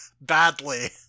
badly